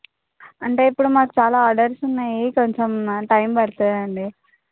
అంటే ఇప్పుడు మాకు చాలా ఆర్డర్స్ ఉన్నాయి కొంచెం టైం పడుతుంది అండి